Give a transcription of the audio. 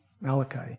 Malachi